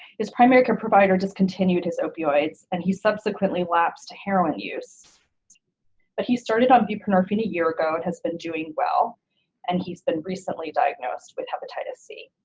his primary care provider discontinued his opioids and he subsequently lapsed heroin use but he started on buprenorphine a year ago and has been doing well and he's been recently diagnosed with hepatitis c.